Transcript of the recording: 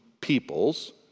peoples